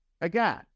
Again